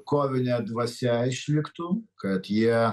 kovinė dvasia išliktų kad jie